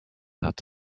hat